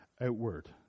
outward